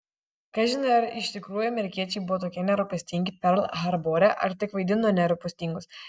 kažin ar iš tikrųjų amerikiečiai buvo tokie nerūpestingi perl harbore ar tik vaidino nerūpestingus